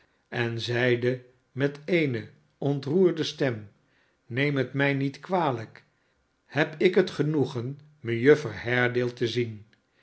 en zeide met eene ontroerde stem neem het mij niet kwalijk heb ik het genoegen mejuffer haredale te zien